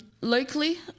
locally